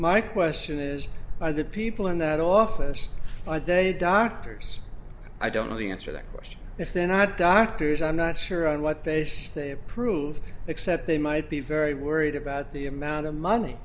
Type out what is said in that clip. my question is by the people in that office i date doctors i don't know the answer that question if then i had doctors i'm not sure on what basis they approve except they might be very worried about the amount of money